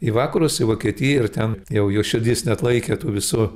į vakarus į vokietiją ir ten jau jo širdis neatlaikė tų visų